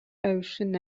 ocean